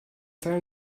teil